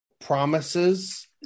promises